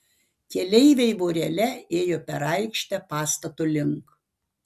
keleiviai vorele ėjo per aikštę pastato link